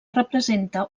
representa